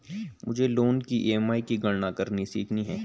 मुझे लोन की ई.एम.आई की गणना करनी सीखनी है